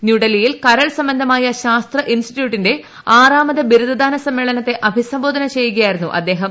ന്യൂഡൽഹിയിൽ കരൾ സംബന്ധമായ ശാസ്ത്ര ഇൻസ്റ്റിറ്റ്യൂട്ടിന്റെ ആറാമത് ബിരുദദാന സമ്മേളനത്തെ അഭിസംബോധന ചെയ്യുകയായിരുന്നു അദ്ദേഹം